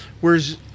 whereas